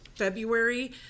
February